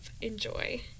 enjoy